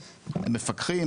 מפקחים,